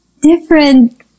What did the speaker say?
different